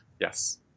Yes